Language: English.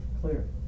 clear